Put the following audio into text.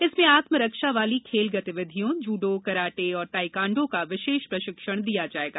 इसमे आत्म रक्षा वाली खेल गतिविधियाँ जूड़ो कराटे एवं ताईक्वांडों का विशेष प्रशिक्षण दिया जायेगा